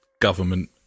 government